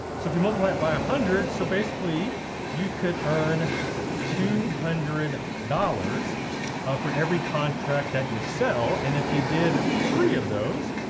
so if you multiply by a hundred, so basically you could earn two hundred dollars for every contract that you sell, and if you did three of those,